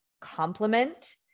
complement